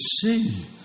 see